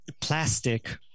Plastic